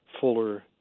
fuller